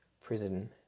prison